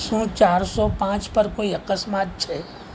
શું ચારસો પાંચ પર કોઇ અકસ્માત છે